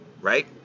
right